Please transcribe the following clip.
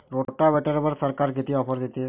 रोटावेटरवर सरकार किती ऑफर देतं?